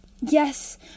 Yes